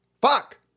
Fuck